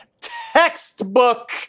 textbook